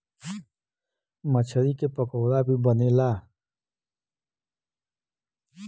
मछरी के पकोड़ा भी बनेला